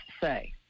say